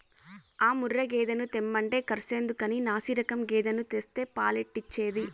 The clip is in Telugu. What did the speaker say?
ఆ ముర్రా గేదెను తెమ్మంటే కర్సెందుకని నాశిరకం గేదెను తెస్తే పాలెట్టొచ్చేది